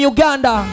Uganda